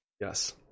yes